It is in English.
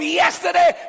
yesterday